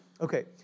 Okay